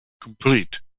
complete